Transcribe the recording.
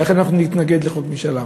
ולכן אנחנו נתנגד לחוק משאל עם.